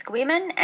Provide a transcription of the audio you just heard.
Women